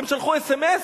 הם שלחו אס.אם.אס.